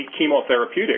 chemotherapeutic